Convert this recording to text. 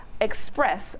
express